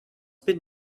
been